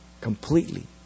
Completely